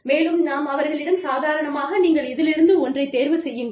மேலும் நாம் அவர்களிடம் சாதாரணமாக நீங்கள் இதிலிருந்து ஒன்றை தேர்வு செய்யுங்கள்